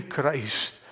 Christ